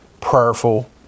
prayerful